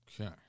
Okay